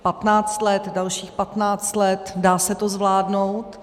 Patnáct let, dalších patnáct let, dá se to zvládnout.